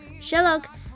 Sherlock